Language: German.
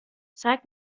zeig